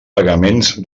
pagaments